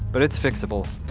but it's fixable